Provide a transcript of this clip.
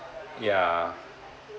yeah